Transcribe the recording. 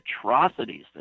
atrocities